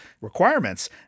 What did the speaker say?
requirements